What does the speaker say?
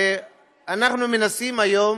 אנחנו מנסים היום